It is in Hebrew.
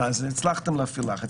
אז הצלחתם להפעיל לחץ.